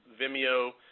Vimeo